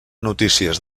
notícies